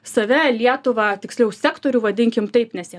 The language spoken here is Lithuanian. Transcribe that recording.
save lietuvą tiksliau sektorių vadinkim taip nes jie